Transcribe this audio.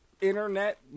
internet